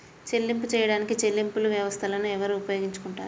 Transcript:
చెల్లింపులు చేయడానికి చెల్లింపు వ్యవస్థలను ఎవరు ఉపయోగించుకొంటారు?